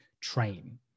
train